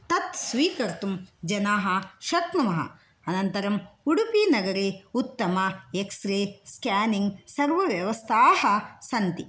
तत् स्वीकर्तुं जनाः शक्नुमः अनन्तरम् उडुपिनगरे उत्तम एक्स्रे स्क्यानिङ्ग् सर्व व्यवस्थाः सन्ति